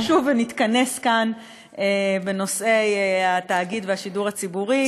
אנחנו עוד נשוב ונתכנס כאן בנושאי התאגיד והשידור הציבורי,